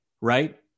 right